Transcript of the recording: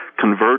convert